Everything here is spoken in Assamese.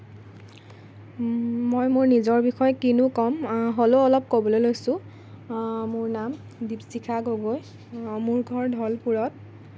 মই মোৰ নিজৰ বিষয়ে কিনো ক'ম হ'লেও অলপ ক'বলৈ লৈছোঁ মোৰ নাম দ্বীপশিখা গগৈ মোৰ ঘৰ ধলপূৰত